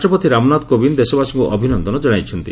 ରାଷ୍ଟ୍ରପତି ରାମନାଥ କୋବିନ୍ଦ ଦେଶବାସୀଙ୍କ ଅଭିନନ୍ଦନ ଜଣାଇଛନ୍ତି